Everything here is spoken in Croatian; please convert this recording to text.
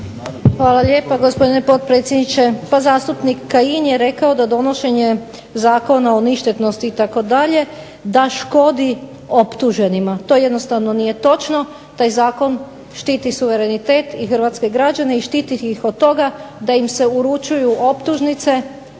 Hvala lijepo gospodine potpredsjedniče. Pa zastupnik Kajin je rekao da donošenje Zakona o ništetnosti itd. da škodi optuženima. To jednostavno nije točno. Taj zakon štiti suverenitet i hrvatske građane i štiti ih od toga da im se uručuju optužnice